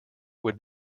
would